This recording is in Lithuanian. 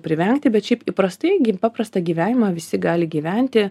privengti bet šiaip įprastai gi paprastą gyvenimą visi gali gyventi